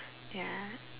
ya